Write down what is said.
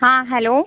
हाँ हैलो